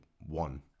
one